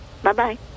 Bye-bye